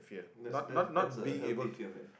that's that's that's a healthy fear man